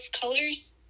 colors